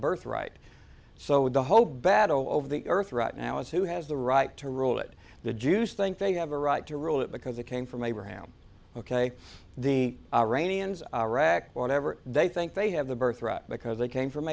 birth right so the whole battle over the earth right now is who has the right to rule it the jews think they have a right to rule it because it came from abraham ok the iranians iraq whatever they think they have the birthright because they came from